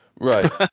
right